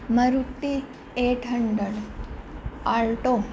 Maruti eight hundred alto